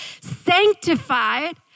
sanctified